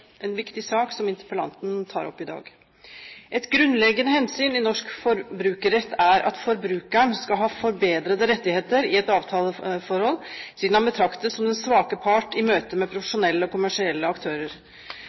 viktig sak som interpellanten tar opp i dag. Et grunnleggende hensyn i norsk forbrukerrett er at forbrukeren skal ha forbedrede rettigheter i et avtaleforhold, siden han betraktes som den svake part i møte med profesjonelle og kommersielle aktører.